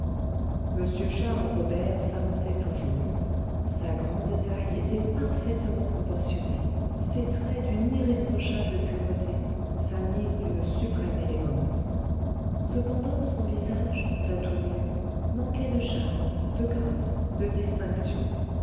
m charles robert s'avançait toujours sa grande taille était parfaitement proportionnée ses traits d'une irréprochable pureté sa mise d'une suprême élégance cependant son visage sa tournure manquaient de charme de grâce de distinction